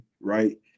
right